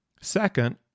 Second